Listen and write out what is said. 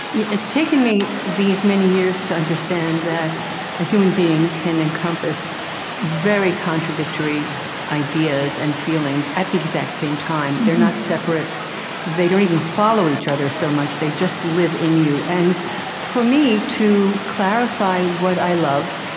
yeah it's taken me these many years to understand that a human being can encompass very contradictory ideas and feelings at the exact same time. they're not separate they don't even follow each other so much. they just live in you. and for me, to clarify what i love,